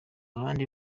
abandi